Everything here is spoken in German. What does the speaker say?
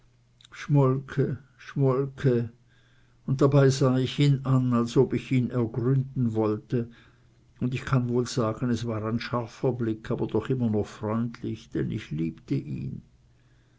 schmolke schmolke und dabei sah ich ihn an als ob ich ihn ergründen wollte un ich kann wohl sagen es war ein scharfer blick aber doch immer noch freundlich denn ich liebte ihn